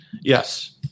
Yes